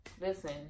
listen